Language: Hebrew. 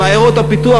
מעיירות הפיתוח,